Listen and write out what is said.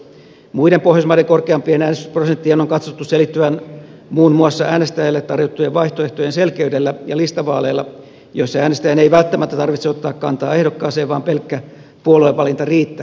muiden pohjoismaiden korkeampien äänestysprosenttien on katsottu selittyvän muun muassa äänestäjille tarjottujen vaihtoehtojen selkeydellä ja listavaaleilla joissa äänestäjän ei välttämättä tarvitse ottaa kantaa ehdokkaaseen vaan pelkkä puoluevalinta riittää